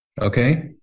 Okay